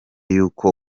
yuko